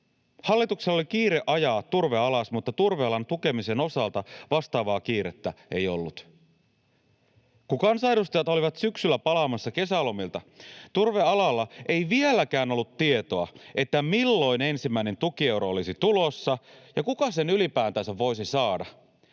Hallituksella oli kiire ajaa turve alas, mutta turvealan tukemisen osalta vastaavaa kiirettä ei ollut. Kun kansanedustajat olivat syksyllä palaamassa kesälomilta, turvealalla ei vieläkään ollut tietoa, milloin ensimmäinen tukieuro olisi tulossa ja kuka sen ylipäätänsä voisi saada.